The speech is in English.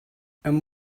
and